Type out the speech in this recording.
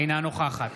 אינה נוכחת